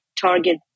target